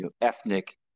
ethnic